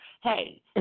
hey